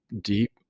deep